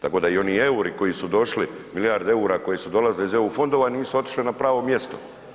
Tako da i oni EUR-i koji su došli, milijarde EUR-a koje su dolazile iz EU fondova nisu otišle na pravo mjesto.